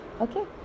Okay